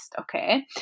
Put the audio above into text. okay